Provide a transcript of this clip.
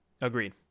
agreed